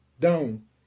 down